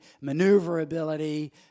maneuverability